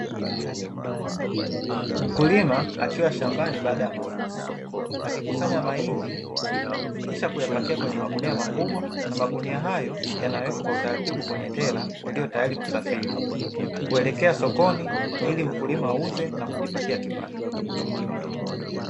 Mkulima akiwa shambani baada ya mavuno, akikusanya mahindi kisha kuyapakia kwenye magunia makubwa, magunia hayo yanawekwa kwa utaratibu kwenye tela lililo tayari kusafiri kuelekea sokoni ili mkulima auze na kujipatia kipato.